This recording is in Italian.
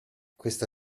questa